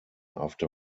after